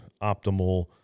optimal